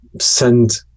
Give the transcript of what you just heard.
send